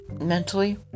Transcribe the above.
mentally